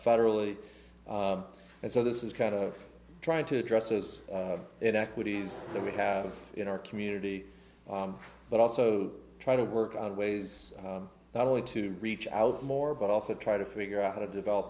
federally and so this is kind of trying to address this in equities that we have in our community but also try to work out ways not only to reach out more but also try to figure out how to develop